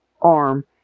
arm